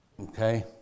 Okay